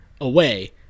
away